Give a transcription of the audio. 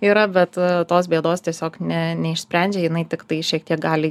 yra bet tos bėdos tiesiog ne neišsprendžia jinai tiktai šiek tiek gali